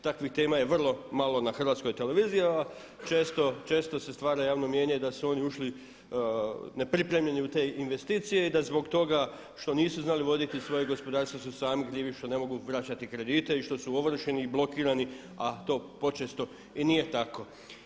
Takvih tema je vrlo malo na Hrvatskoj televiziji a često se stvara javno mnijenje da su oni ušli nepripremljeni u te investicije i da zbog toga što nisu znali voditi svoje gospodarstvo su sami krivi što ne mogu vraćati kredite i što su ovršeni i blokirani a to počesto i nije tako.